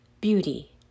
beauty